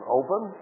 open